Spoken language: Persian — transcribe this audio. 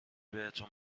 بهتون